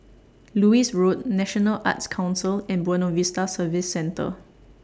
Lewis Road National Arts Council and Buona Vista Service Centre